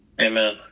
Amen